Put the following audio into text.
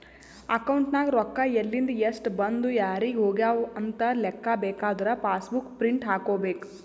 account ನಾಗ್ ರೊಕ್ಕಾ ಎಲಿಂದ್, ಎಸ್ಟ್ ಬಂದು ಯಾರಿಗ್ ಹೋಗ್ಯವ ಅಂತ್ ಲೆಕ್ಕಾ ಬೇಕಾದುರ ಪಾಸ್ ಬುಕ್ ಪ್ರಿಂಟ್ ಹಾಕೋಬೇಕ್